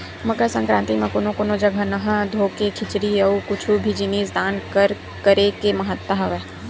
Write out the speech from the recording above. मकर संकरांति म कोनो कोनो जघा नहा धोके खिचरी अउ कुछु भी जिनिस दान करे के महत्ता हवय